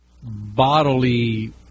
bodily